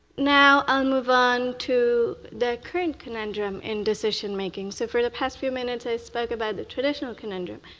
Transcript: now, i'll move on to the current conundrum in decision-making. so for the past few minutes i spoke about the traditional conundrum.